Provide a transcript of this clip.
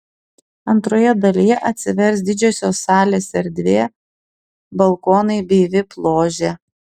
antroje dalyje atsivers didžiosios salės erdvė balkonai bei vip ložė